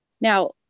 Now